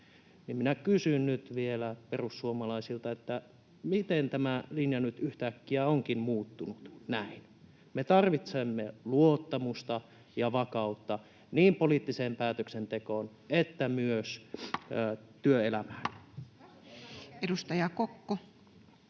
Minä kysyn nyt vielä perussuomalaisilta, miten tämä linja nyt yhtäkkiä onkin muuttunut näin. Me tarvitsemme luottamusta ja vakautta niin poliittiseen päätöksentekoon kuin myös työelämään. [Mikko